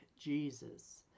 Jesus